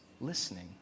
Listening